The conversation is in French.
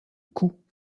coup